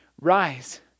Rise